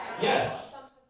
Yes